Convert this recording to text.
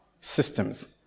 systems